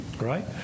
right